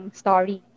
story